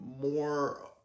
more